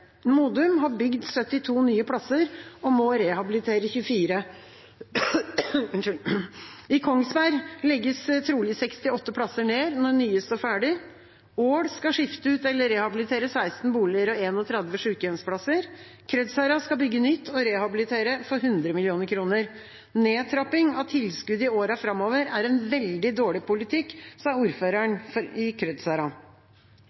Modum har bygd 72 nye plasser og må rehabilitere 24. I Kongsberg legges trolig 68 plasser ned når nye står ferdig. Ål skal skifte ut eller rehabilitere 16 boliger og 31 sykehjemsplasser. Krødsherad skal bygge nytt og rehabilitere for 100 mill. kr. Nedtrapping av tilskudd i årene framover er en veldig dårlig politikk,